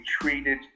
treated